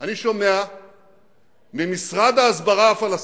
אני שומע ממשרד ההסברה הפלסטיני,